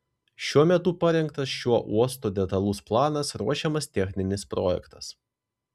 šiuo metu parengtas šio uosto detalus planas ruošiamas techninis projektas